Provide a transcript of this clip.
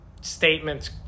Statements